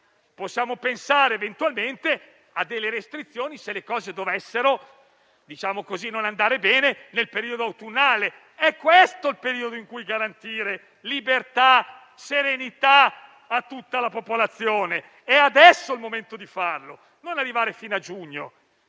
possiamo pensare eventualmente a delle restrizioni se le cose dovessero non andare bene nel periodo autunnale. È questo il periodo in cui garantire libertà e serenità a tutta la popolazione. È adesso il momento di farlo e non arrivare fino a giugno.